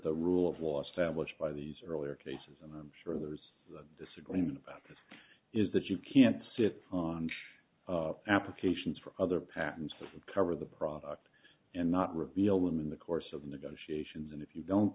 the rule of law stablished by these earlier cases and i'm sure there's disagreement about this is that you can't sit on judge applications for other patents that cover the product and not reveal them in the course of negotiations and if you don't